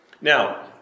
Now